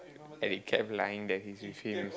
and he kept lying that it's with him